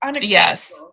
yes